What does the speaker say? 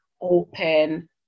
open